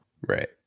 Right